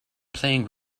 playing